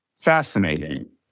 fascinating